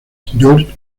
george